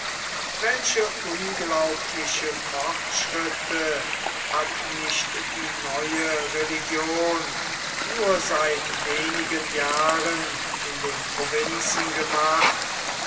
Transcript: welche unglaubliche fortschritte hat nicht die neue religion nur seit wenigen jahren in den provinzen gemacht